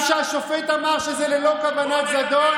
שהשופט אמר שלא הייתה לו כוונת זדון?